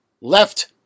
left